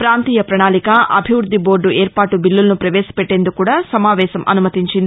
ప్రాంతీయ ప్రణాళిక అభివృద్ది బోర్డు ఏర్పాటు చిల్లులను ప్రవేశపెట్టేందుకు కూడా సమావేశం అనుమతించింది